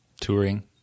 Touring